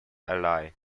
ally